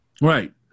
Right